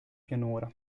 pianura